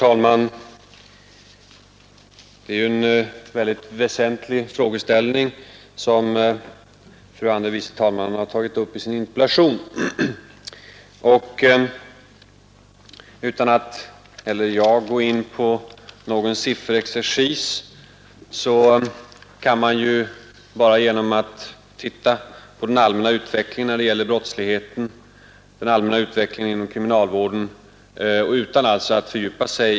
s rapport och situationen i tunnelbanorna.